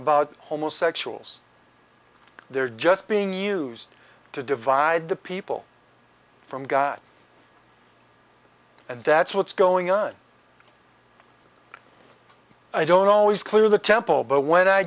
about homosexuals they're just being used to divide the people from god and that's what's going on i don't always clear the temple but when i